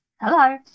hello